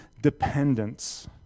dependence